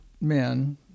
men